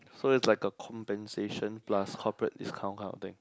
so that's like a compensation plus corporate discount kind of thing